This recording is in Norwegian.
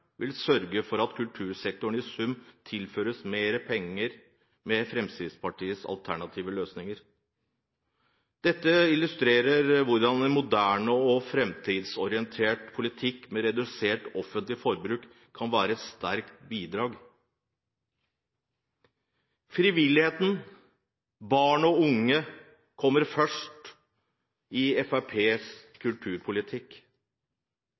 vil sørge for at kultursektoren i sum tilføres mer penger med Fremskrittspartiets alternative løsninger. Dette illustrerer hvordan en moderne og framtidsorientert politikk med redusert offentlig forbruk kan være et sterkt bidrag. Frivilligheten, barn og unge kommer først i